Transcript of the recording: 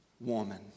woman